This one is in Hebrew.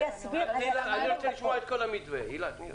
אני רוצה לשמוע את כל המתווה, תני לה.